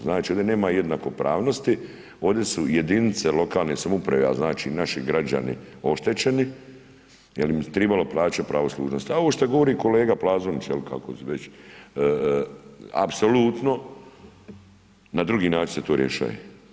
Znači ovdje nema jednakopravnosti, ovdje su jedinice lokalne samouprave a znači naši građani oštećeni jer bi im trebalo plaćati pravo služnosti a ovo što govori kolega Plazonić jel' kao već, apsolutno na drugi način se rješava.